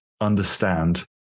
understand